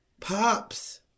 Pops